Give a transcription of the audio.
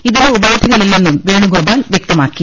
ഇതിന് ഉപാ ധികളില്ലെന്നും വേണുഗോപാൽ വൃക്തമാക്കി